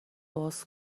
باز